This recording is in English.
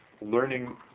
learning